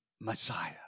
Messiah